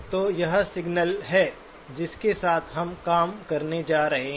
तो यह सिग्नल है जिसके साथ हम काम करने जा रहे हैं